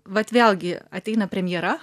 vat vėlgi ateina premjera